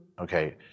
Okay